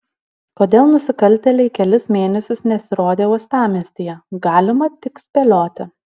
kodėl nusikaltėliai kelis mėnesius nesirodė uostamiestyje galima tik spėlioti